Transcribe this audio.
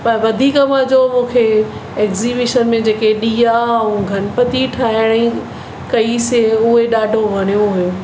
पर वधीक मज़ो मूंखे एग्ज़ीबीशन में जेके ॾिआ अऊं गणपति ठाहिण जी कईसीं उहो ॾाढो वणियो हुओ